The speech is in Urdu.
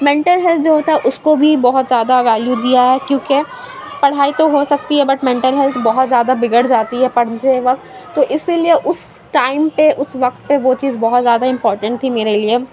مینٹل ہیلتھ جو ہوتا ہے اُس کو بھی بہت زیادہ ویلیو دیا ہے کیوں کہ پڑھائی تو ہو سکتی ہے بٹ مینٹل ہیلتھ بہت زیادہ بگڑ جاتی ہے پڑھتے وقت تو اِسی لیے اُس ٹائم پہ اُس وقت پہ وہ چیز بہت زیادہ امپورٹنٹ تھی میرے لیے